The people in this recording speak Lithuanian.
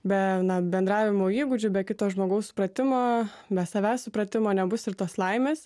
be bendravimo įgūdžių be kito žmogaus supratimo be savęs supratimo nebus ir tos laimės